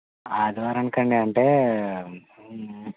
ఆదివారానికా అండి అంటే